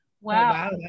wow